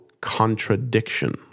contradiction